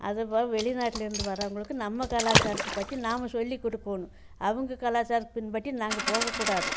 வெளி நாட்டில் இருந்து வரவங்களுக்கு நம்ம கலாச்சாரத்தை பற்றி நாம் சொல்லி கொடுக்கோணும் அவங்க கலாச்சாரத்தின் படி நாங்கள் போகக்கூடாது